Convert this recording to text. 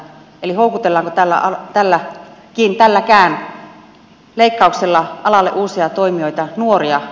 eli houkutellaanko tälläkään leikkauksella alalle uusia toimijoita nuoria